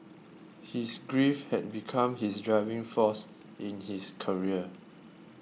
his grief had become his driving force in his career